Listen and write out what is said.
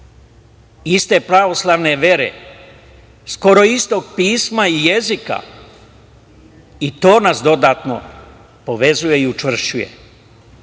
iste pravoslavne vere, skoro istog pisma i jezika. To nas dodatno povezuje i